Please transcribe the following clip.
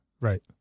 Right